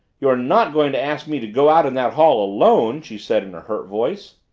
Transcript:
you're not going to ask me to go out in that hall alone? she said in a hurt voice.